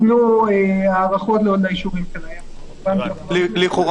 ייתנו הארכות לאישורים שלהם --- לכאורה